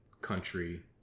country